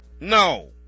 No